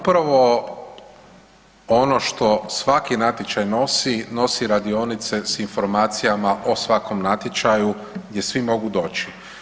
Pa upravo ono što svaki natječaj nosi, nosi radionice s informacijama o svakom natječaju gdje svi mogu doći.